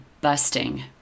busting